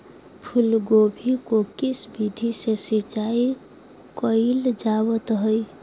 फूलगोभी को किस विधि से सिंचाई कईल जावत हैं?